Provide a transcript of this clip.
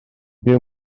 byw